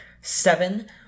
Seven